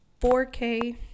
4K